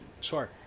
Sure